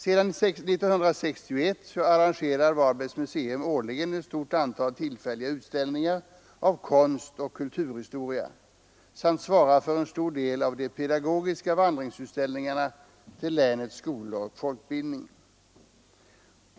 Sedan 1961 arrangerar Varbergs museum årligen ett stort antal tillfälliga utställningar av konst och kulturhistoria samt svarar för en stor del av de pedagogiska vandringsutställningarna till länets skolor och folkbildningen.